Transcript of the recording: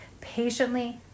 patiently